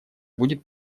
будет